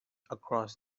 across